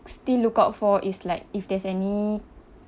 still lookout for is like if there's any